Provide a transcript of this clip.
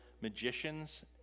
magicians